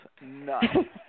none